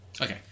Okay